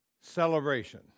celebration